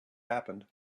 happened